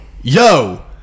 yo